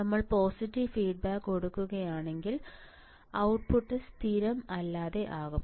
നമ്മൾ positive feedback കൊടുക്കുകയാണെങ്കിൽ output സ്ഥിരം അല്ലാതെ ആകും